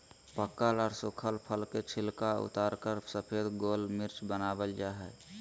पकल आर सुखल फल के छिलका उतारकर सफेद गोल मिर्च वनावल जा हई